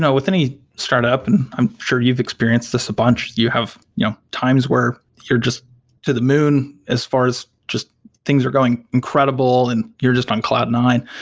with any startup, and i'm sure you've experienced this a bunch, you have you know times where you're just to the moon as far as just things are going incredible and you're just on cloud nine.